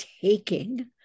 taking